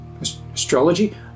Astrology